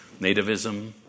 Nativism